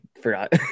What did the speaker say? forgot